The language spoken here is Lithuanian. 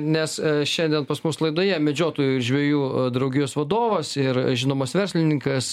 nes šiandien pas mus laidoje medžiotojų ir žvejų draugijos vadovas ir žinomas verslininkas